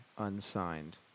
unsigned